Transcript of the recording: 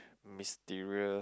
mysterious